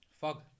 Fog